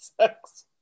sex